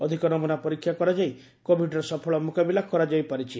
ଅଧିକ ନମୁନା ପରୀକ୍ଷା କରାଯାଇ କୋବିଡ୍ର ସଫଳ ମୁକାବିଲା କରାଯାଇ ପାରିଛି